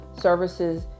services